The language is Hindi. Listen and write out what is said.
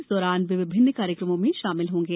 इस दौरान वे विभिन्न कार्यकमों में शामिल होंगे